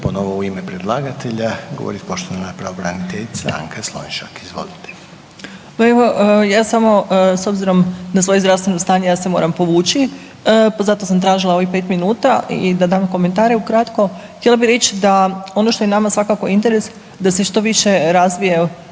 ponovo u ime predlagatelja govoriti poštovana pravobraniteljica Anka Slonjšak. Izvolite. **Slonjšak, Anka** Pa evo, ja samo, s obzirom na svoje zdravstveno stanje, ja se moram povući pa zato sam tražila ovih 5 minuta i da dam komentare ukratko. Htjela bi reći da ono što je nama svakako interes, da se što više razvije